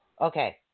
Okay